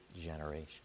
generation